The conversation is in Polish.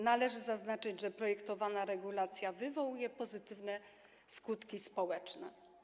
Należy zaznaczyć, że projektowana regulacja wywołuje pozytywne skutki społeczne.